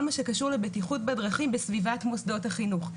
מה שקשור לבטיחות בדרכים בסביבת מוסדות החינוך,